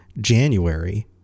January